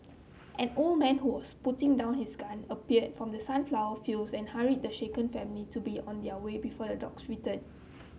an old man who was putting down his gun appeared from the sunflower fields and hurried the shaken family to be on their way before the dogs return